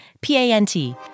P-A-N-T